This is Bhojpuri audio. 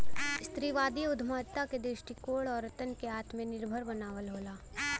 स्त्रीवादी उद्यमिता क दृष्टिकोण औरतन के आत्मनिर्भर बनावल होला